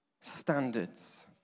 standards